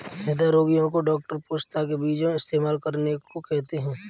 हृदय रोगीयो को डॉक्टर पोस्ता के बीजो इस्तेमाल करने को कहते है